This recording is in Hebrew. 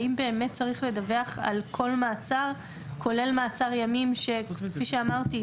האם באמת צריך לדווח על כל מעצר כולל מעצר ימים שכפי שאמרתי,